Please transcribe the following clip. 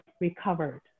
recovered